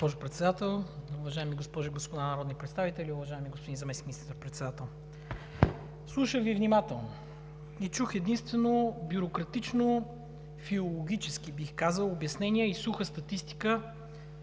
госпожо Председател, уважаеми госпожи и господа народни представители! Уважаеми господин Заместник министър-председател, слушах Ви внимателно и чух единствено бюрократично, филологическо, бих казал, обяснение и суха статистика.